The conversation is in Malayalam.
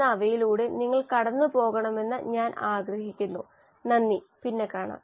rS1YxSAAxmx ലെക്ചർ നമ്പർ 4 ന് ഇത് മതിയായതാണെന്ന് ഞാൻ കരുതുന്നു ലക്ചർ നമ്പർ 5 ൽ നിങ്ങളെ വീണ്ടും കാണും